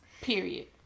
Period